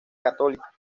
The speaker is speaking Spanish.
católica